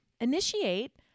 initiate